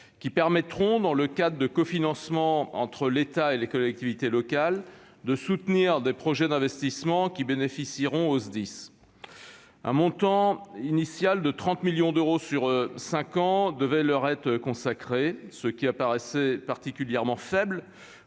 qui permettront, dans le cadre de cofinancements entre l'État et les collectivités locales, de soutenir des projets d'investissement au bénéfice des Sdis. Un montant de 30 millions d'euros sur cinq ans devait initialement leur être consacré, ce qui apparaissait particulièrement faible